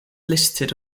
listed